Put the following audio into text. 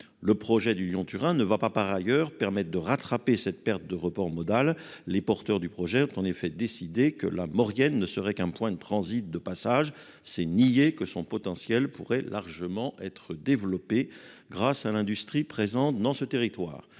le projet Lyon-Turin ne permettra pas de rattraper cette perte de report modal, car les porteurs du projet ont décidé que la Maurienne ne serait qu'un point de transit et de passage. C'est nier que son potentiel pourrait largement être développé grâce à l'industrie présente dans ce territoire.